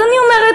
אז אני אומרת: